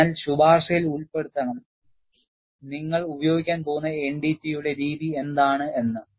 അതിനാൽ ശുപാർശയിൽ ഉൾപ്പെടുത്തണം നിങ്ങൾ ഉപയോഗിക്കാൻ പോകുന്ന NDT യുടെ രീതി എന്താണ് എന്ന്